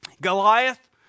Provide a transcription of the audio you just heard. Goliath